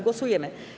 Głosujemy.